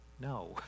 No